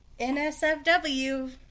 NSFW